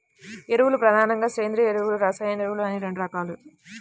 ఎరువులు ప్రధానంగా సేంద్రీయ ఎరువులు, రసాయన ఎరువులు అని రెండు రకాలు